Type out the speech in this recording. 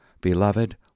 Beloved